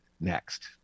next